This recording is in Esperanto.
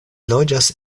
loĝas